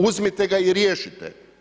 Uzmite ga i riješite.